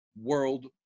world